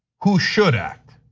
who should act?